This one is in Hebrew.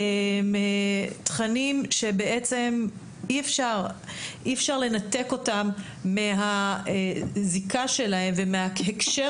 תכנים שבעצם אי אפשר לנתק אותם מהזיקה שלהם ומההקשר